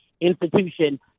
institution